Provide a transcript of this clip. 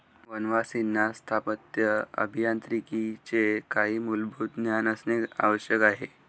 वनवासींना स्थापत्य अभियांत्रिकीचे काही मूलभूत ज्ञान असणे आवश्यक आहे